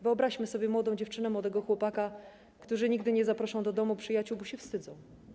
Wyobraźmy sobie młodą dziewczynę czy młodego chłopaka, którzy nigdy nie zaproszą do domu przyjaciół, bo się wstydzą.